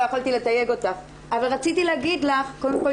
לא יכולתי לתייג אותך אבל רציתי להגיד לך קודם כל